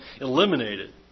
eliminated